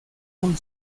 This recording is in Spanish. con